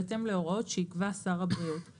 בהתאם להוראות שיקבע שר הבריאות.